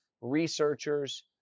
researchers